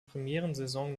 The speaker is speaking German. premierensaison